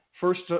first